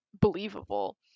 believable